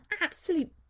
absolute